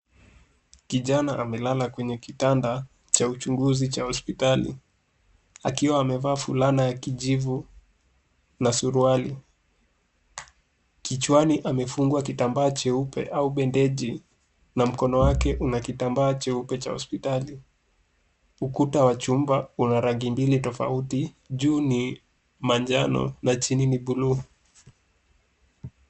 Kijana amelala kwenye kitanda cha uchunguzi cha hospitali akiwa amevaa fulana ya kijivu na suruali. Kichwani amefungwa kitambaa cheupe au bendeji na mkono wake una kitambaa cheupe cha hospitali. Ukuta wa chumba una rangi mbili tofauti; juu ni manjano na chini ni bluu.